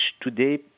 today